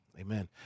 Amen